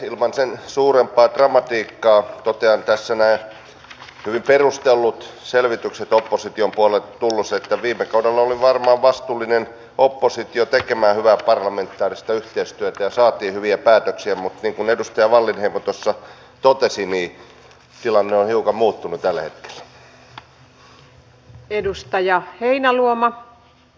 ilman sen suurempaa dramatiikkaa totean kun tässä ovat nämä hyvin perustellut selvitykset opposition puolelta tulleet että viime kaudella oli varmaan vastuullinen oppositio tekemässä hyvää parlamentaarista yhteistyötä ja saatiin hyviä päätöksiä mutta niin kuin edustaja wallinheimo tuossa totesi tilanne on hiukan muuttunut tällä hetkellä